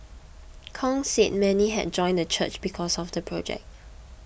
Kong said many had joined the church because of the project